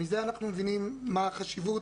מזה אנחנו מבינים מה החשיבות